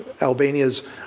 Albania's